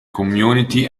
community